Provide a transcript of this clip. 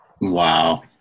Wow